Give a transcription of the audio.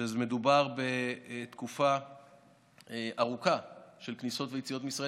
שמדובר בתקופה ארוכה של כניסות ויציאות מישראל,